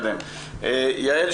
בסדר, בואו נראה.